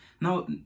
Now